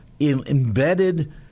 embedded